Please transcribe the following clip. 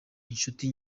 inshuti